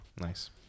Nice